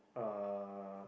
uh